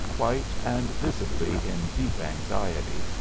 white, and visibly in deep anxiety,